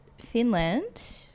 Finland